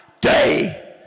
day